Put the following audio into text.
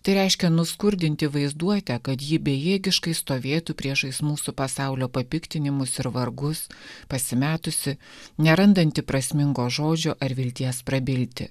tai reiškia nuskurdinti vaizduotę kad ji bejėgiškai stovėtų priešais mūsų pasaulio papiktinimus ir vargus pasimetusi nerandanti prasmingo žodžio ar vilties prabilti